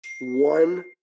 one